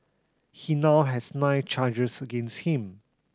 he now has nine charges against him